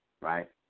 right